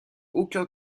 aucun